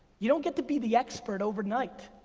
you don't get to be the expert overnight.